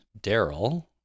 Daryl